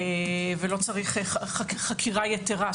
שלא צריך שיקול דעת שיפוטי ולא צריך חקירה יתרה.